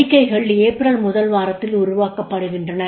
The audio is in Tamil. அறிக்கைகள் ஏப்ரல் முதல் வாரத்தில் உருவாக்கப்படுகின்றன